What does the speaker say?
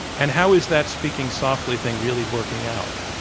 and how is that speaking softly thing really working out?